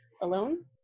alone